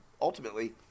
ultimately